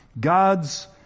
God's